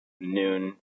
noon